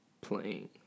playing